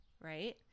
right